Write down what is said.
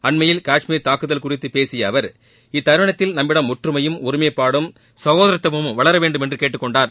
அண்மையில்காஷ்மீர் தாக்குதல் குறித்து பேசிய அவர் இத்தருணத்தில் நம்மிடம் ஒற்றுமையும் ஒருமைப்பாடும் சகோதரதுவமும் வளரவேண்டும் என்று கேட்டுக்கொண்டார்